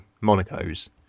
Monaco's